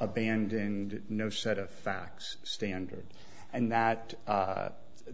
abandoned no set of facts standards and that